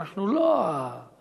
אנחנו לא המרכיב,